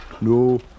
No